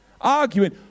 arguing